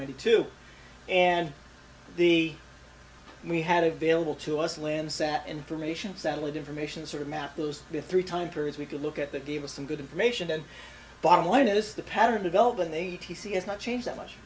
hundred two and the we had available to us landsat information satellite information sort of math those three time periods we could look at that gave us some good information and bottom line is the pattern developing a t c has not changed that much